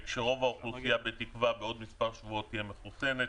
כשרוב האוכלוסייה בתקווה בעוד מספר שבועות תהיה מחוסנת.